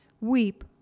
weep